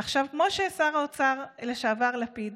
כמו ששר האוצר לשעבר לפיד